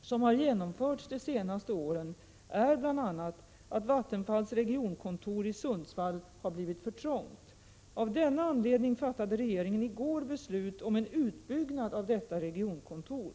som har genomförts de senaste åren är bl.a. att Vattenfalls regionkontor i Sundsvall blivit för trångt. Av denna anledning fattade regeringen i går beslut om en utbyggnad av detta regionkontor.